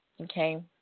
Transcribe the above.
okay